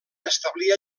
establir